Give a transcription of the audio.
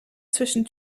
zwischen